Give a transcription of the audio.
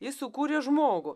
jis sukūrė žmogų